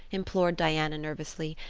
implored diana nervously.